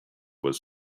was